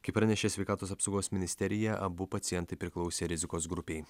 kaip pranešė sveikatos apsaugos ministerija abu pacientai priklausė rizikos grupei